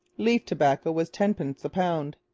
leaf tobacco was tenpence a pound,